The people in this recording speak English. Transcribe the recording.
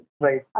right